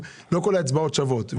לא כל האצבעות שוות,